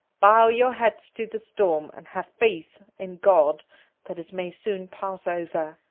bow your heads to the storm and have faith in god that it may soon pass over.